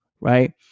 Right